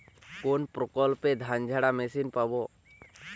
কোনপ্রকল্পে ধানঝাড়া মেশিন পাব?